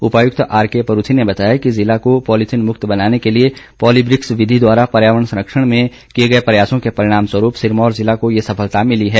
उपायुक्त आरके परूथी ने बताया कि जिले को पॉलीथिन मुक्त बनाने के ं लिए पॉलीब्रिक्स विधि द्वारा पर्यावरण संरक्षण में किए गए प्रयासों के परिणाम स्वरूप सिरमौर ज़िला को ये सफलता मिली है